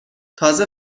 تازه